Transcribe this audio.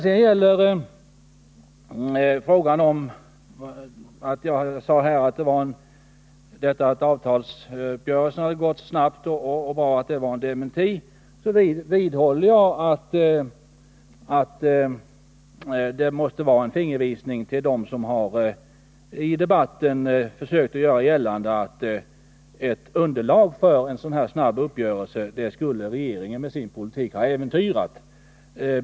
Sedan vidhåller jag att det förhållandet att avtalsuppgörelsen kom snabbt måste vara en fingervisning till dem som i debatten försökt göra gällande att regeringen med sin politik skulle ha äventyrat underlaget för en snabb uppgörelse.